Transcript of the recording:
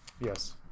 Yes